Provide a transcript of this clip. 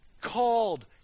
called